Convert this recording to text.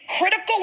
critical